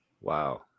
Wow